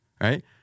right